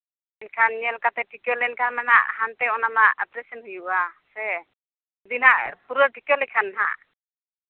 ᱢᱮᱱᱠᱷᱟᱱ ᱧᱮᱞ ᱠᱟᱛᱮᱫ ᱴᱷᱤᱠᱟᱹ ᱞᱮᱱᱠᱷᱟᱱ ᱚᱱᱟ ᱢᱟ ᱦᱟᱱᱛᱮ ᱚᱱᱟᱫᱚ ᱚᱯᱟᱨᱮᱥᱚᱱ ᱦᱩᱭᱩᱜᱼᱟ ᱥᱮ ᱡᱩᱫᱤ ᱦᱟᱸᱜ ᱯᱷᱩᱞᱟᱹ ᱴᱷᱤᱠᱟᱹ ᱞᱮᱱᱠᱷᱟᱱ ᱦᱟᱸᱜ